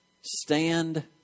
Stand